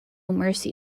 mercy